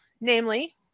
namely